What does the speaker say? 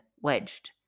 wedged